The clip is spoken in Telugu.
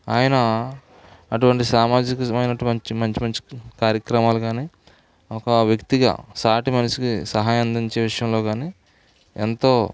ఆయన అటువంటి సామాజికమైనటువంటి మంచి మంచి కార్యక్రమాలు గానీ ఒక వ్యక్తిగా సాటి మనిషికి సహాయం అందించే విషయంలో గానీ ఎంతో